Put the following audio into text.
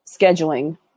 scheduling